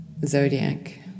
zodiac